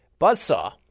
Buzzsaw